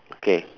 okay